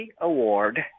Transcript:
award